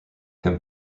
him